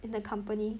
in the company